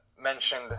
mentioned